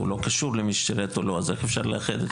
הוא לא קשור למי ששירת או לא, איך אפשר לאחד?